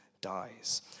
dies